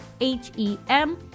H-E-M